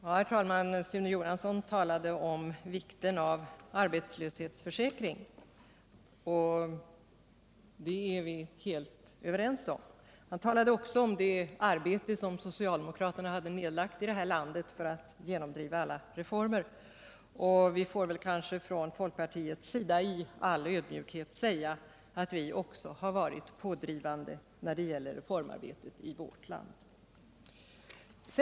Herr talman! Sune Johansson talade om vikten av arbetslöshetsförsäkring, och den är vi helt överens om. Han talade också om det arbete socialdemokraterna hade nedlagt i det här ländet för att genomdriva alla reformer. Vi får kanske från folkpartiet i all ödmjukhet säga att vi också har varit pådrivande när det gäller reformarbetet i vårt land.